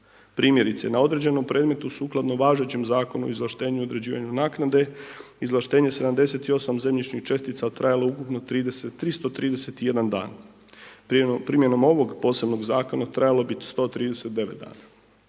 Primjerice, na određenom predmetu sukladno važećem Zakonu o izvlaštenju i određivanju naknade izvlaštenje 78 zemljišnih čestica trajalo ukupno 331 dan. Primjenom ovog posebnog zakona trajalo bi 139 dana.